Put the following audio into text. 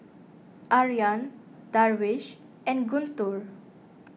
Aryan Darwish and Guntur